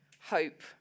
hope